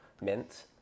mint